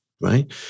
right